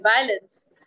violence